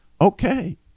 okay